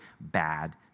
bad